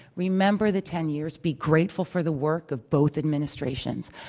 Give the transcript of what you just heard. remember the ten years, be grateful for the work of both administrations,